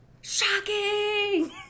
Shocking